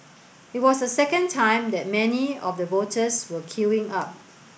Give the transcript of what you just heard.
it was the second time that many of the voters were queuing up